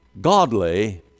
godly